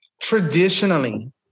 traditionally